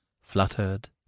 fluttered